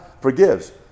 forgives